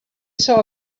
saw